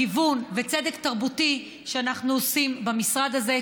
גיוון וצדק תרבותי שאנחנו עושים במשרד הזה.